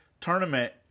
tournament